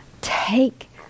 take